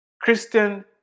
Christian